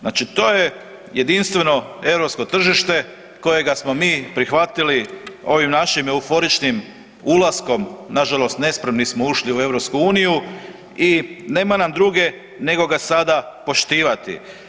Znači to je jedinstveno europsko tržište kojega smo mi prihvatili ovim našim euforičnim ulaskom, nažalost nespremni smo ušli u EU i nema nam druge nego ga sada poštivati.